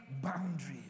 boundaries